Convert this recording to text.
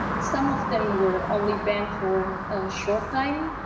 some of them were only banned for a short time